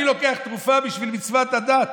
אני לוקח תרופה בשביל מצוות הדת,